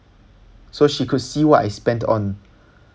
so she could see what I spent on